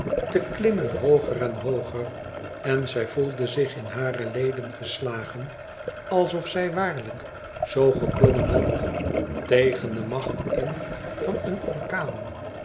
te klimmen hooger en hooger en zij voelde zich in hare leden gestagen als of zij waarlijk zoo geklommen had tegen de macht in van een orkaan